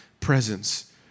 presence